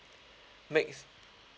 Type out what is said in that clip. makes